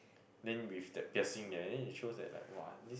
then with the piercing and then it shows that like !wah! this